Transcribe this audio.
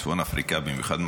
צפון אפריקה במיוחד,